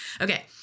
Okay